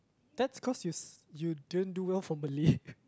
that's cause you~ you didn't do well for Malay